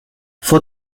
for